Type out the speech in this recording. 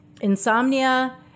insomnia